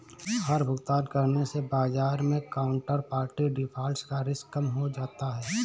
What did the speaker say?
हर भुगतान करने से बाजार मै काउन्टरपार्टी डिफ़ॉल्ट का रिस्क कम हो जाता है